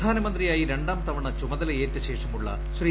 പ്രധാനമന്ത്രിയായി രണ്ടാം തവണ ചുമതലയേറ്റ ശേഷമുള്ള ശ്രീ